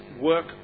work